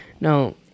No